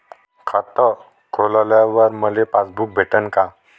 खातं खोलल्यावर मले पासबुक भेटन का?